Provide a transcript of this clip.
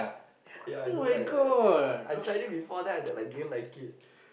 ya I don't like I I I tried it before then I that I didn't like it